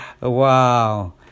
Wow